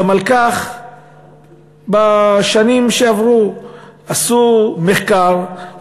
גם על כך בשנים שעברו עשו מחקר,